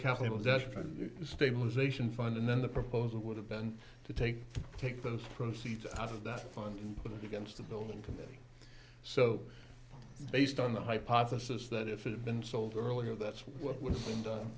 the stabilization fund and then the proposal would have been to take take those proceeds out of that fund but against the building committee so based on the hypothesis that if it had been sold earlier that's